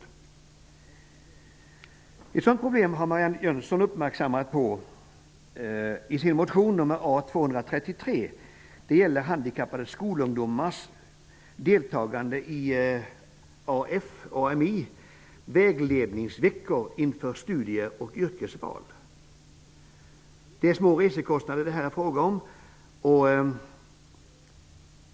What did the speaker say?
Ett sådant problem har Marianne Jönsson uppmärksammat i sin motion A233. Det gäller handikappade skolungdomars deltagande i Af/Ami-vägledningsveckor inför studie och yrkesval. Det är fråga om små resekostnader.